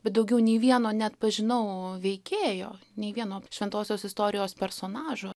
bet daugiau nei vieno neatpažinau veikėjo nei vieno šventosios istorijos personažo